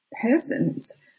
persons